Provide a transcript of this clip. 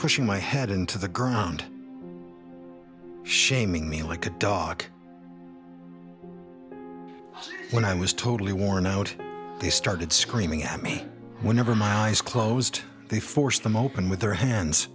pushing my head into the ground shaming me like a dog when i was totally worn out they started screaming at me whenever my eyes closed they forced them open with their hands